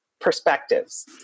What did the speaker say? perspectives